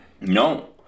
No